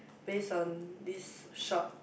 based on these short